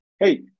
hey